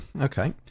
Okay